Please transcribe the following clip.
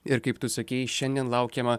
ir kaip tu sakei šiandien laukiama